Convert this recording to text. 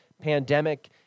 pandemic